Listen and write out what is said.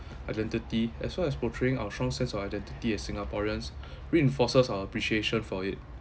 identity as well as portraying our strong sense of identity as singaporeans reinforces our appreciation for it